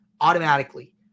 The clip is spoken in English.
automatically